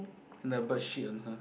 and the bird shit on her